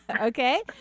Okay